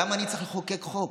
למה אני צריך לחוקק חוק?